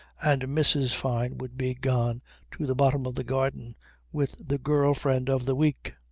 and mrs. fyne would be gone to the bottom of the garden with the girl friend of the week.